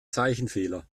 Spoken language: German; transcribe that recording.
zeichenfehler